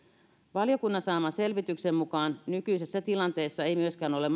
valiokunnan saaman selvityksen mukaan nykyisessä tilanteessa ei myöskään ole